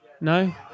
No